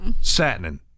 Satin